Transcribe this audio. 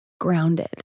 grounded